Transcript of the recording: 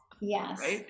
Yes